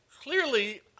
clearly